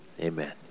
Amen